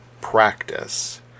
practice